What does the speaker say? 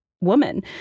woman